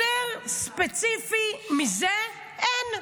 יותר ספציפי מזה אין.